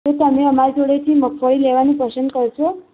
તો તમે અમારી જોડેથી મગફળી લેવાનું પસંદ કરશો